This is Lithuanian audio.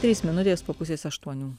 trys minutės po pusės aštuonių